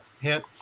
hit